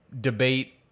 debate